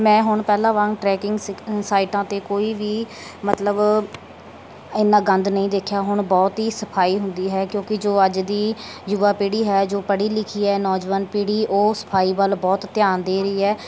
ਮੈਂ ਹੁਣ ਪਹਿਲਾਂ ਵਾਂਗ ਟਰੈਕਿੰਗ ਸਿਖ ਸਾਈਟਾਂ 'ਤੇ ਕੋਈ ਵੀ ਮਤਲਬ ਇੰਨਾ ਗੰਦ ਨਹੀਂ ਦੇਖਿਆ ਹੁਣ ਬਹੁਤ ਹੀ ਸਫਾਈ ਹੁੰਦੀ ਹੈ ਕਿਉਂਕਿ ਜੋ ਅੱਜ ਦੀ ਯੁਵਾ ਪੀੜ੍ਹੀ ਹੈ ਜੋ ਪੜ੍ਹੀ ਲਿਖੀ ਹੈ ਨੌਜਵਾਨ ਪੀੜ੍ਹੀ ਉਹ ਸਫਾਈ ਵੱਲ ਬਹੁਤ ਧਿਆਨ ਦੇ ਰਹੀ ਹੈ